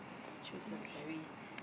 choose a very